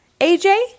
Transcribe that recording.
AJ